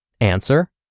Answer